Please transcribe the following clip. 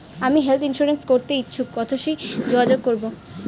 আমি health insurance করতে ইচ্ছুক কথসি যোগাযোগ করবো?